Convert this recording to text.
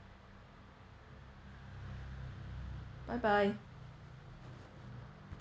bye bye